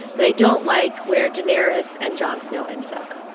but i don't like where daenerys and jon snow ended up.